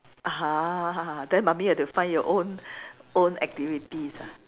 uh !huh! then mummy have to find your own own activities ah